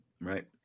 Right